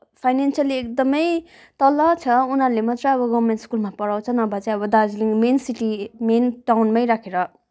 financially एकदमै तल छ उनीहरूले मात्रै अब गभर्मेन्ट स्कुलमा पढाउँछ नभए चाहिँ अब दार्जिलिङ मेन सिटी मेन टाउनमै राखेर